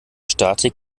statik